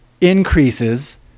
increases